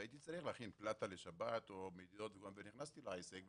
והייתי צריך להכין פלטה לשבת או לבנות כל מיני ונכנסתי לעסק,